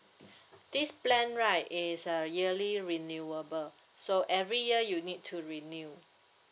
this plan right is a yearly renewable so every year you need to renew